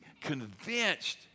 convinced